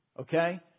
Okay